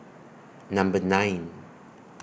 Number nine